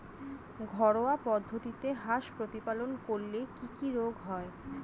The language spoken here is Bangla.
ঘরোয়া পদ্ধতিতে হাঁস প্রতিপালন করলে কি কি রোগ হয়?